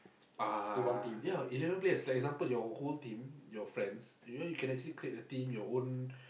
uh ya eleven players like example your whole team your friends you know you can actually create a team your own